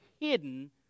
hidden